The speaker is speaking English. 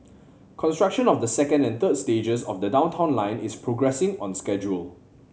construction of the second and third stages of the Downtown Line is progressing on schedule